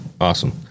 Awesome